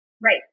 Right